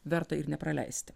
verta ir nepraleisti